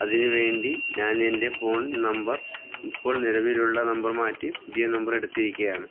അതിനു വേണ്ടി ഞാൻ എൻ്റെ ഫോൺ നമ്പർ ഇപ്പോൾ നിലവിലുള്ള നമ്പർ മാറ്റി പുതിയ നമ്പർ എടുത്തിരിക്കുകയാണ്